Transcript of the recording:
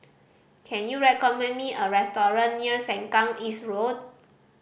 can you recommend me a restaurant near Sengkang East Road